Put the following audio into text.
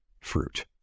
fruit